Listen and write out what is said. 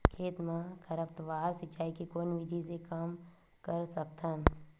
खेत म खरपतवार सिंचाई के कोन विधि से कम कर सकथन?